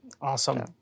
Awesome